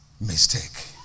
mistake